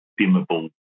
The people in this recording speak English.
dimmable